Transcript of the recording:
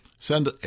send